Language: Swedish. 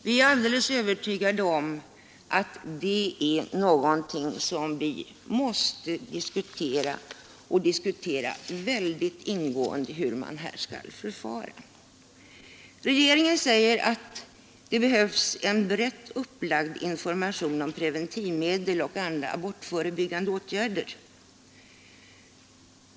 Vi är alldeles övertygade om att vi måste diskutera — och diskutera mycket ingående — hur man här skall förfara. Regeringen säger att det behövs en brett upplagd information om preventivmedel och andra abortförebyggande åtgärder.